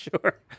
sure